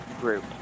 group